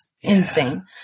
insane